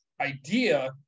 idea